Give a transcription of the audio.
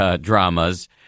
Dramas